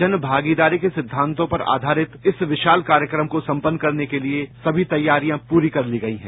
जन भागीदारी के सिद्धांतों पर आधारित इस विशाल कार्यक्रम को संपन्न करने के लिए सभी तैयारियां पूरी कर ली गई है